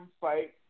fight